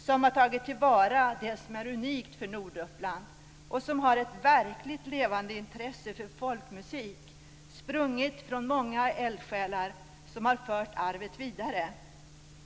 Man har tagit till vara det som är unikt för Norduppland och har ett verkligt levande intresse för folkmusik, sprunget från många eldsjälar som har fört arvet vidare.